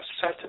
set